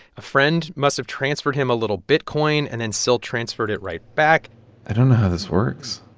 a friend must have transferred him a little bitcoin, and then syl transferred it right back i don't know how this works.